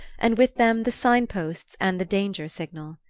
and with them the sign-posts and the danger-signal.